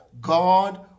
God